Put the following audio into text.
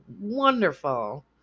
wonderful